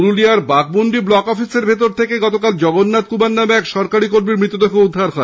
পুরুলিয়ার বাঘমুন্ডি ব্লক অফিসের ভেতর থেকে গতকাল জগন্নাথ কুমার নামে এক সরকারি কর্মীর মৃতদেহ উদ্ধার হয়